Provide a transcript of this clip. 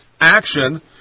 action